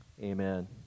Amen